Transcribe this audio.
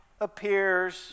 appears